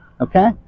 okay